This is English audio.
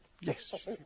Yes